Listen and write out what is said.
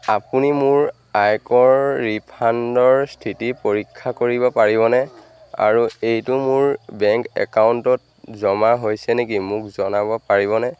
আপুনি মোৰ আয়কৰ ৰিফাণ্ডৰ স্থিতি পৰীক্ষা কৰিব পাৰিবনে আৰু এইটো মোৰ বেংক একাউণ্টত জমা হৈছে নেকি মোক জনাব পাৰিবনে মোৰ